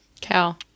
Cal